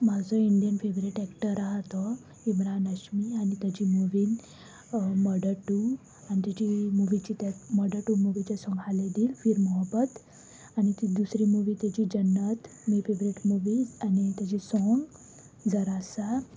म्हजो Indian favourite actor आसा तो इमरान हाश्मी आनी ताची मुवीन मर्डर टू आनी ताची मुवीची ते मर्डर टू मुवीचे सोंग आसले तें फिर मोहबत आनी ती दुसरी मुवी ताची जन्नत म्हजी फेवरेट मुवी आनी ताचें सोंग जरासा